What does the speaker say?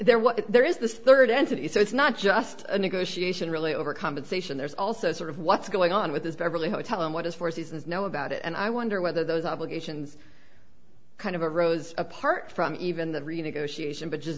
was there is this third entity so it's not just a negotiation really over compensation there's also sort of what's going on with his beverly hotel and what his four seasons know about it and i wonder whether those obligations kind of a rose apart from even the renegotiation but just